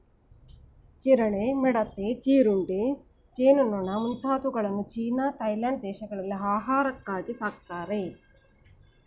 ಜಿರಳೆ, ಮಿಡತೆ, ಜೀರುಂಡೆ, ಜೇನುನೊಣ ಮುಂತಾದವುಗಳನ್ನು ಚೀನಾ ಥಾಯ್ಲೆಂಡ್ ದೇಶಗಳಲ್ಲಿ ಆಹಾರಕ್ಕಾಗಿ ಸಾಕ್ತರೆ